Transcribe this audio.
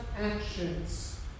actions